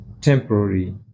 temporary